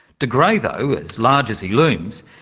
de grey though, as large as he looms,